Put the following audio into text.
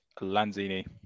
Lanzini